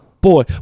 Boy